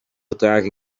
vertraging